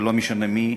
ולא משנה מי,